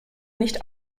nicht